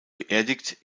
beerdigt